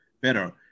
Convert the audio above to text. better